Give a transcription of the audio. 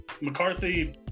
McCarthy